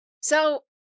So-